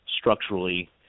structurally